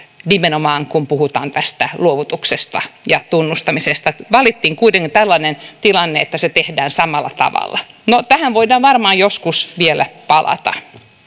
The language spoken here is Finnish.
nimenomaan kun puhutaan tästä luovutuksesta ja tunnustamisesta eli valittiin kuitenkin tällainen tilanne että se tehdään samalla tavalla no tähän voidaan varmaan joskus vielä palata